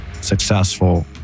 successful